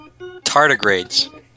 Tardigrades